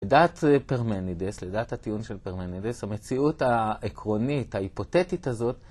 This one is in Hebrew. לדעת פרמנידס, לדעת הטיעון של פרמנידס, המציאות העקרונית, ההיפותטית הזאת